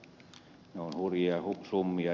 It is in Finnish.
ne ovat hurjia lukuja